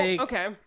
okay